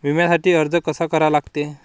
बिम्यासाठी अर्ज कसा करा लागते?